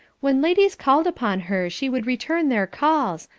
when ladies called upon her, she would return their calls,